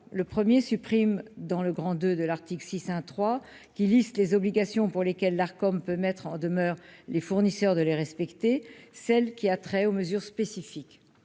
le 1er supprime dans le grand de de l'Arctique 6 1 3 qui liste les obligations pour lesquels l'Arcom peut mettre en demeure les fournisseurs de les respecter, celle qui a trait aux mesures spécifiques,